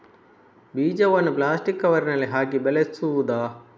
ಬೀಜವನ್ನು ಪ್ಲಾಸ್ಟಿಕ್ ಕವರಿನಲ್ಲಿ ಹಾಕಿ ಬೆಳೆಸುವುದಾ?